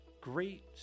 great